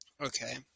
Okay